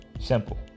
Simple